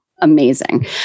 amazing